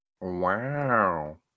Wow